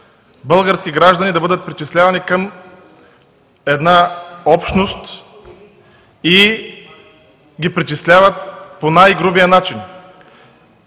българските граждани да бъдат причислявани към една общност и да ги притесняват по най-грубия начин.